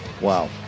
Wow